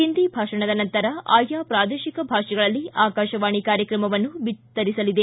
ಒಂದಿ ಭಾಷಣದ ನಂತರ ಆಯಾ ಪೂದೇಶಿಕ ಭಾಷೆಗಳಲ್ಲಿ ಆಕಾಶವಾಣಿ ಕಾರ್ಯಕ್ರಮವನ್ನು ಬಿತ್ತರಿಸಲಿದೆ